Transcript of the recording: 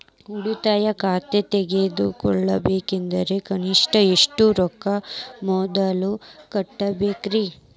ಉಳಿತಾಯ ಖಾತೆ ತೆಗಿಬೇಕಂದ್ರ ಕನಿಷ್ಟ ಎಷ್ಟು ರೊಕ್ಕ ಮೊದಲ ಕಟ್ಟಬೇಕ್ರಿ?